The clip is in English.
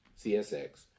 CSX